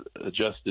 adjusted